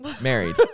Married